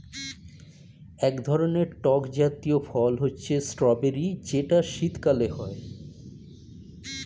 এক ধরনের টক জাতীয় ফল হচ্ছে স্ট্রবেরি যেটা শীতকালে হয়